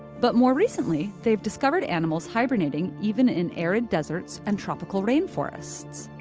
but more recently, they've discovered animals hibernating even in arid deserts and tropical rainforests.